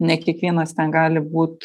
ne kiekvienas ten gali būt